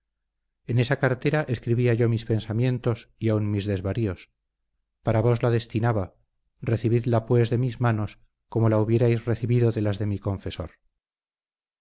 en esa cartera escribía yo mis pensamientos y aun mis desvaríos para vos la destinaba recibidla pues de mis manos como la hubierais recibido de las de mi confesor